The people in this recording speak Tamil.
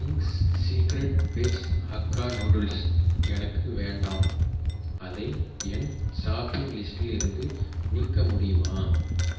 Ching's secret veg hakka noodles எனக்கு வேண்டாம் அதை என் ஷாப்பிங் லிஸ்டிலிருந்து நீக்க முடியுமா